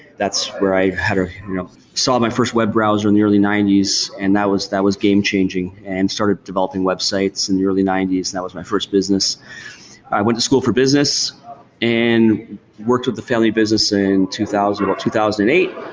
that's where i had ah saw my first web browser in the early ninety s, and that was that was game changing and started developing websites in the early ninety s and that was my first business i went to school for business and worked with the family business in about two thousand and eight.